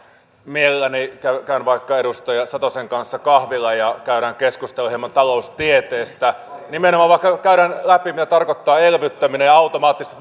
mielelläni käyn vaikka edustaja satosen kanssa kahvilla ja käydään keskustelua hieman taloustieteestä nimenomaan vaikka käydään läpi mitä tarkoittavat elvyttäminen ja automaattiset